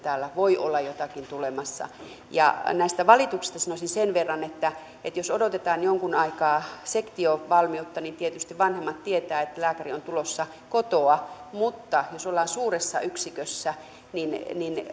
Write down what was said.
voi olla jotakin tulemassa näistä valituksista sanoisin sen verran että että jos odotetaan jonkun aikaa sektiovalmiutta niin tietysti vanhemmat tietävät että lääkäri on tulossa kotoa mutta entä jos ollaan suuressa yksikössä ja